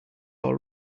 all